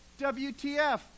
WTF